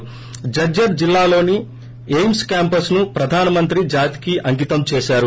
రుుజ్జర్ జిల్లాలో AIIMS campus ను ప్రధానమంత్రి జాతికి అంకీతం చేశారు